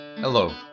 Hello